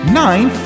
nine